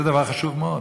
זה דבר חשוב מאוד.